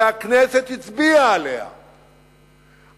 שהכנסת הצביעה עליו,